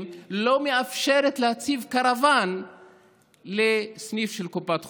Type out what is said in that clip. לא מאפשרת להציב קרוון לסניף של קופת חולים.